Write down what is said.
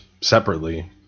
separately